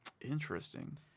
Interesting